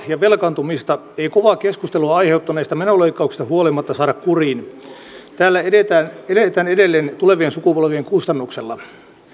ja velkaantumista ei kovaa keskustelua aiheuttaneista menoleikkauksista huolimatta saada kuriin täällä eletään edelleen tulevien sukupolvien kustannuksella